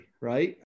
right